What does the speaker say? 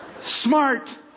Smart